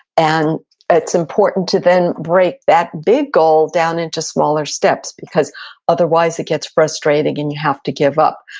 and it's important to then break that big goal down into smaller steps, because otherwise, it gets frustrating and you have to give up.